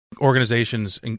organizations